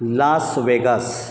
Las Vegas